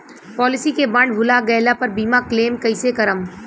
Policy के bond भुला गैला पर बीमा क्लेम कईसे करम?